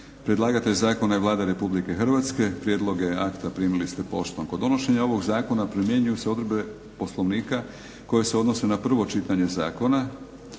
Predlagatelj zakona je Vlada Republike Hrvatske. Prijedloge akta primili ste poštom. Kod donošenja ovog zakona primjenjuju se odredbe Poslovnika koje se odnose na prvo čitanje zakona.